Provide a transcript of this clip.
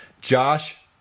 Josh